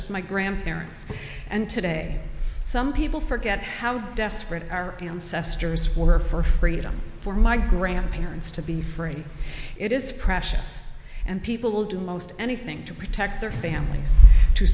as my grandparents and today some people forget how desperate our ancestors were for freedom for my grandparents to be free it is precious and people will do most anything to protect their families to